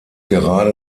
gerade